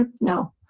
no